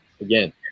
again